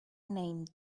name